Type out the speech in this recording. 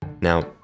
Now